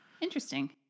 Interesting